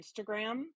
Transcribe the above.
Instagram